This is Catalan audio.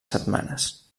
setmanes